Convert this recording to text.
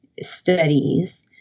studies